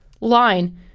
line